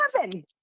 heaven